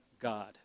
God